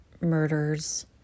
murders